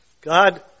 God